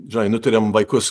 žinai nutarėm vaikus